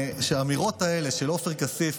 האמירות האלה של עופר כסיף,